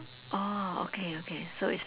oh okay okay so it's